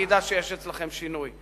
אני אדע שיש אצלכם שינוי.